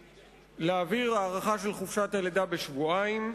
להעביר הארכה של חופשת הלידה בשבועיים,